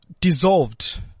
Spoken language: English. dissolved